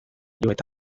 eta